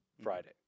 Friday